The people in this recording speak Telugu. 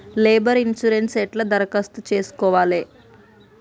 లేబర్ ఇన్సూరెన్సు ఎట్ల దరఖాస్తు చేసుకోవాలే?